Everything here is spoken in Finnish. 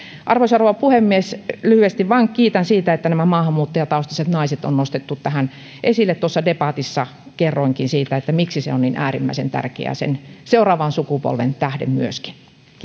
arvoisa rouva puhemies lyhyesti vaan kiitän siitä että maahanmuuttajataustaiset naiset on nostettu tähän esille tuossa debatissa kerroinkin siitä miksi se on niin äärimmäisen tärkeää sen seuraavan sukupolven tähden myöskin